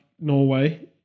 norway